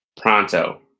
pronto